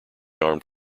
armed